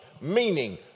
Meaning